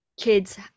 kids